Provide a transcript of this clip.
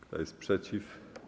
Kto jest przeciw?